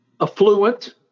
affluent